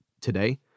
Today